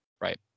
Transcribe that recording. Right